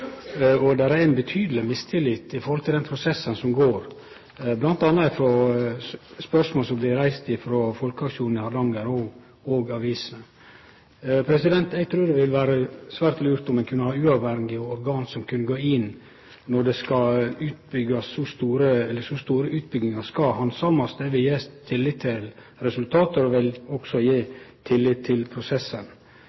den prosessen som går føre seg, bl.a. i spørsmål som blir reiste frå folkeaksjonen i Hardanger og i aviser. Eg trur det ville vere svært lurt om ein kunne hatt eit uavhengig organ som kunne gå inn når så store utbyggingar skal handsamast. Det vil gje tillit til resultatet, og det vil også gje